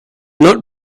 not